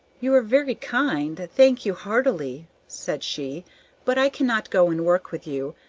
you are very kind thank you heartily, said she but i cannot go and work with you.